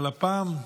אבל הפעם?